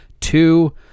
Two